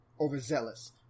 overzealous